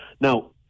Now